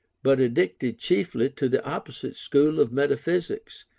but addicted chiefly to the opposite school of metaphysics,